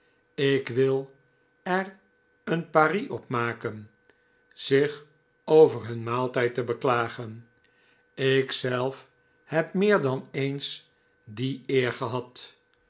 ik wil er een pari op maken zich over hun maaltijd te beklagen ik zelf heb meer dan eens die eer gehad